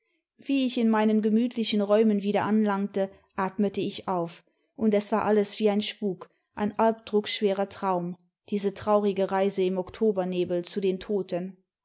wie ich in meinen gemütlichen räumen wieder anlangte atmete ich auf und es war alles wie ein spuk ein alpdruckschwerer traum diese traurige reise im oktobemebel zu den toten